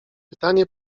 pytanie